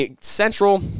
Central